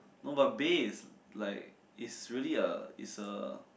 no but bae is like is really a is a